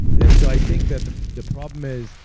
and so i think that the the problem is,